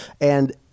and-